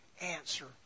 answer